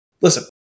Listen